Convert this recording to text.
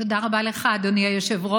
תודה רבה לך, אדוני היושב-ראש.